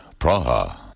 Praha